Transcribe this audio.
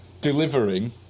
delivering